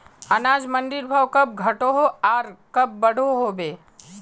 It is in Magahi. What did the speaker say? अनाज मंडीर भाव कब घटोहो आर कब बढ़ो होबे?